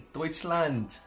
Deutschland